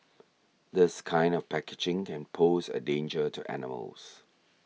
this kind of packaging can pose a danger to animals